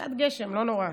קצת גשם, לא נורא.